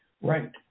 Right